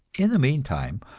in the meantime,